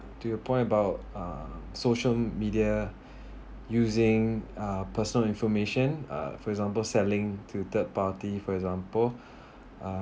to your point about uh social media using uh personal information uh for example selling to third party for example uh